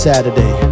Saturday